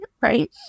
right